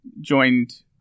joined